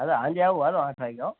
હવે સાંજે આવું ચાલો આઠ વાગે હોં